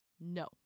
no